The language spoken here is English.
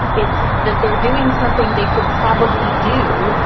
it's that they're doing something they could probably do.